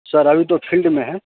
sir अभी तो फील्डमे हैं